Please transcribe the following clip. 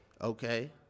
Okay